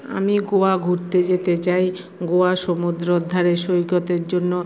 আমি গোয়া ঘুরতে যেতে চাই গোয়া সমুদ্রর ধারে সৈকতের জন্য